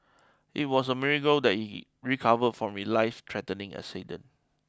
it was a miracle that he recover from his life threatening accident